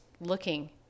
looking